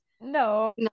no